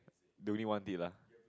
the only want did lah